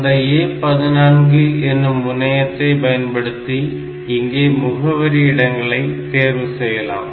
அந்த A14 என்னும் முனையத்தை பயன்படுத்தி இங்கே முகவரி இடங்களை தேர்வு செய்யலாம்